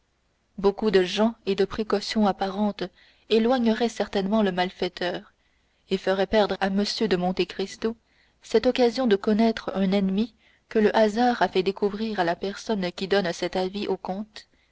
beaucoup de gens et de précautions apparentes éloigneraient certainement le malfaiteur et feraient perdre à m de monte cristo cette occasion de connaître un ennemi que le hasard a fait découvrir à la personne qui donne cet avis au comte